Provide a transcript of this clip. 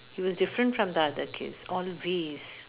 he was different from the other kids always